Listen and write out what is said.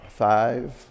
Five